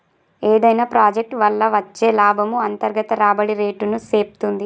ఏదైనా ప్రాజెక్ట్ వల్ల వచ్చే లాభము అంతర్గత రాబడి రేటుని సేప్తుంది